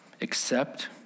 accept